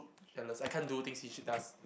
jealous I can't do things which he does